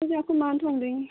ꯑꯩꯈꯣꯏꯁꯨ ꯑꯩꯈꯣꯏꯃꯥꯅ ꯊꯣꯡꯗꯣꯏꯅꯤ